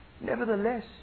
Nevertheless